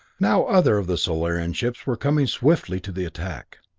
now other of the solarian ships were coming swiftly to the attack.